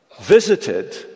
visited